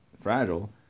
fragile